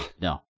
No